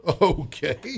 Okay